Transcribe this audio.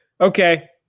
Okay